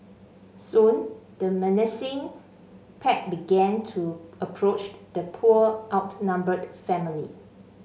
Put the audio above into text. soon the menacing pack began to approach the poor outnumbered family